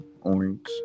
orange